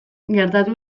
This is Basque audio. gertatu